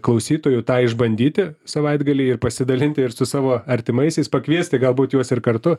klausytojų tą išbandyti savaitgalį ir pasidalinti ir su savo artimaisiais pakviesti galbūt juos ir kartu